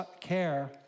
care